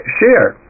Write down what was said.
share